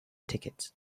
tickets